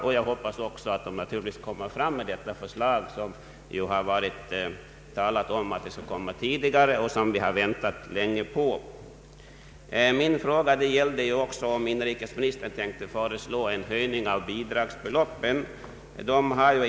Vi har väntat så länge på förslaget, som aviserats att komma långt tidigare. Min fråga gällde också om inrikesministern tänker föreslå en höjning av bidragsbeloppen.